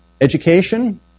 Education